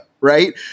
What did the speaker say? Right